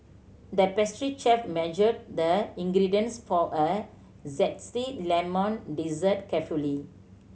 the pastry chef measured the ingredients for a zesty lemon dessert carefully